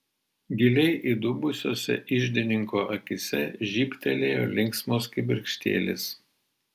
giliai įdubusiose iždininko akyse žybtelėjo linksmos kibirkštėlės